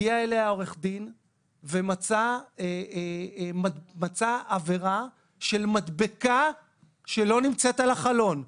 הגיע אליה עורך דין ומצא עבירה של מדבקה שלא נמצאת על החלון.